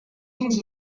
fins